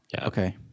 Okay